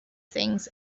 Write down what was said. things